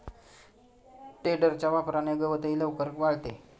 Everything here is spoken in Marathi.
टेडरच्या वापराने गवतही लवकर वाळते